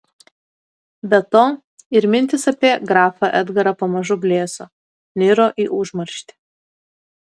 be to ir mintys apie grafą edgarą pamažu blėso niro į užmarštį